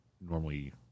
normally